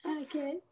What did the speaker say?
Okay